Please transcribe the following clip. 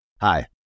Hi